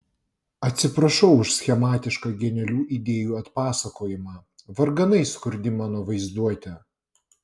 atsiprašau už schematišką genialių idėjų atpasakojimą varganai skurdi mano vaizduotė